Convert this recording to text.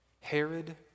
Herod